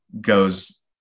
goes